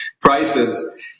prices